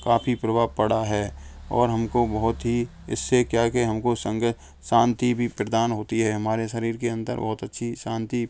काफ़ी प्रभाव पड़ा है और हमको बहुत ही इससे क्या कि हमको संग शांति भी प्रदान होती है हमारे शरीर के अंदर बहुत अच्छी शांति